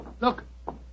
look